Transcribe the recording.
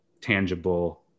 tangible